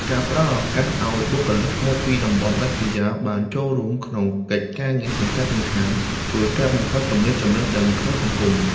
ការផ្តល់ឱកាសឱ្យបុគ្គលិកមកពីតំបន់ដាច់ស្រយាលបានចូលរួមក្នុងកិច្ចការងារសំខាន់ៗ ជួយកាត់បន្ថយគម្លាតចំណេះដឹងក្នុងសង្គម។